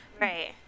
Right